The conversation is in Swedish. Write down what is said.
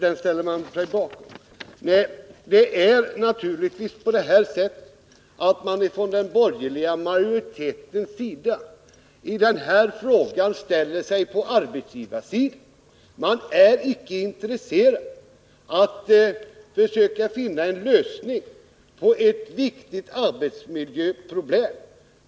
Man sluter alltså upp bakom byråkratin. Naturligtvis ställer sig den borgerliga utskottsmajoriteten i den här frågan på arbetsgivarsidan. Man är icke intresserad av att försöka finna en lösning på ett viktigt arbetsmiljöproblem.